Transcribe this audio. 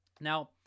Now